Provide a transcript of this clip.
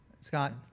Scott